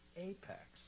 apex